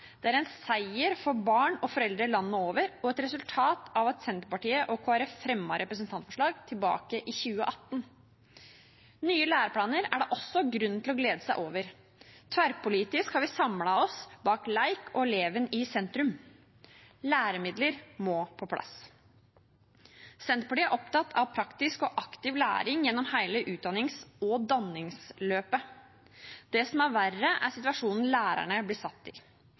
det er en seier for barn og foreldre landet over og et resultat av at Senterpartiet og Kristelig Folkeparti fremmet representantforslag tilbake i 2018. Nye læreplaner er det også grunn til å glede seg over. Tverrpolitisk har vi samlet oss bak lek og eleven i sentrum. Læremidler må på plass. Senterpartiet er opptatt av praktisk og aktiv læring gjennom hele utdannings- og danningsløpet. Det som er verre, er situasjonen lærerne blir satt i.